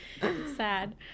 sad